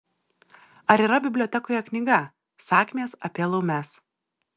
ar yra bibliotekoje knyga sakmės apie laumes